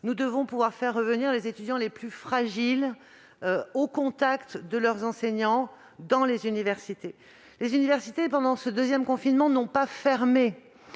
nous devons faire revenir les étudiants les plus fragiles au contact de leurs enseignants dans les universités. Je rappelle toutefois que les universités, pendant ce deuxième confinement, n'ont pas fermé